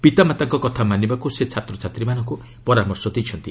ପିତାମାତାଙ୍କ କଥା ମାନିବାକୁ ସେ ଛାତ୍ରଛାତ୍ରୀମାନଙ୍କୁ ପରାମର୍ଶ ଦେଇଛନ୍ତି